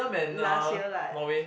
last year like